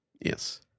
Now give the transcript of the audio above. Yes